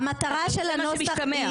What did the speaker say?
אבל זה מה שמשתמע.